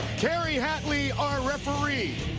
carrie hatley, our referee.